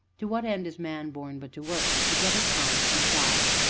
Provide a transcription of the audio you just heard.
to what end is man born but to work, beget his kind, and die?